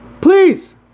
Please